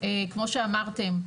כמו שאמרתם,